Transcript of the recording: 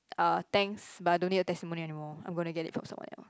ah thanks but I don't need your testimonial anymore I'm gonna get it from someone else